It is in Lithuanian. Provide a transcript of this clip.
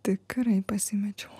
tikrai pasimečiau